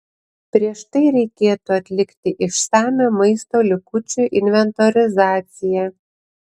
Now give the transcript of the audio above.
prieš tai reikėtų atlikti išsamią maisto likučių inventorizacija